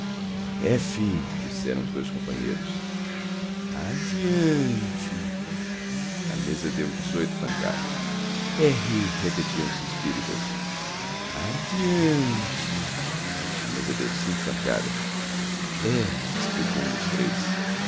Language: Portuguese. f disseram os dois companheiros adiante a mesa deu dezoito pancadas r repetiram os espíritas adiante a mesa deu cinco pancadas e explicou um dos três